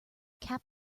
cap